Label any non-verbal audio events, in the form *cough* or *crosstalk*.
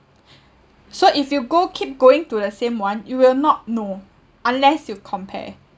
*breath* so if you go keep going to the same one you will not know unless you compare